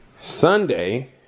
Sunday